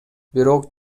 бирок